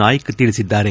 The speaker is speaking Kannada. ನಾಯ್ಗ್ ತಿಳಿಸಿದ್ದಾರೆ